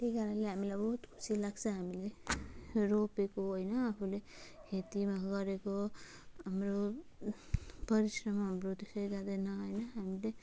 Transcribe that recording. त्यही कारणले हामीलाई बहुत खुसी लाग्छ हामीले रोपेको होइन आफूले खेती गरेको हाम्रो परिश्रम हाम्रो त्यसै जाँदैन होइन हामीले